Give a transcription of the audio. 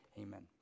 amen